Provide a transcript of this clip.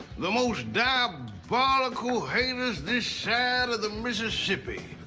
the most um diabolical haters this side of the mississippi.